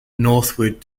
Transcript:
northward